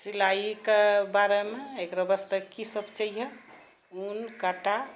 सिलाइके बारेमे एकरो बस्ते की सभ चहियै ऊन काँटा